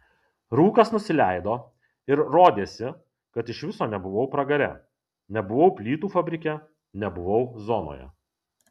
rūkas nusileido ir rodėsi kad iš viso nebuvau pragare nebuvau plytų fabrike nebuvau zonoje